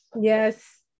Yes